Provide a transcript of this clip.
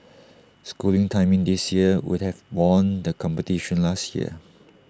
schooling's timing this year would have won the competition last year